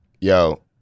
yo